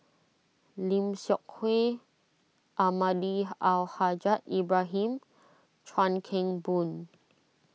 Lim Seok Hui Almahdi Al Haj Ibrahim Chuan Keng Boon